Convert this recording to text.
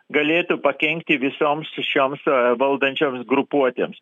galėtų pakenkti visoms šioms valdančioms grupuotėms